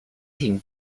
teng